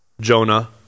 Jonah